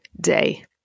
day